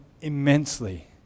immensely